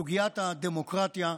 סוגיית הדמוקרטיה,